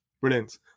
Brilliant